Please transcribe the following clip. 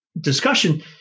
discussion